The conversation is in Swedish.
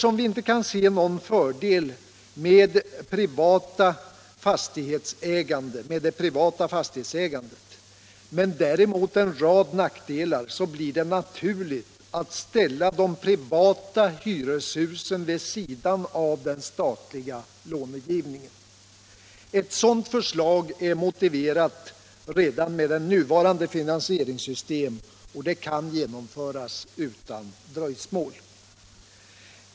Då vi inte kan se någon fördel med det privata fastighetsägandet men däremot en rad nackdelar finner vi det naturligt att ställa de privata hyreshusen vid sidan av den statliga långivningen. Ett sådant förslag är motiverat redan med nuvarande finansieringssystem och kan genomföras utan dröjsmål.